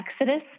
exodus